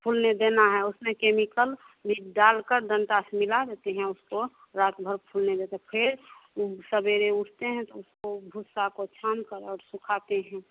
फूलने देना है उसमें केमिकल में डालकर डंडा से मिला लेते है उसको रात भर फूलेगा तो फिर सवेरे उठते हैं तो उसको भूसा का छानकर और सुखाते हैं